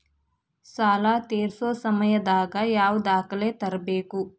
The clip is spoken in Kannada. ಸಾಲಾ ತೇರ್ಸೋ ಸಮಯದಾಗ ಯಾವ ದಾಖಲೆ ತರ್ಬೇಕು?